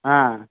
ಹಾಂ